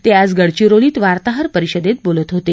ते आज गडचिरोलीत वार्ताहर परिषदेत बोलत होते